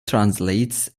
translates